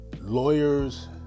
lawyers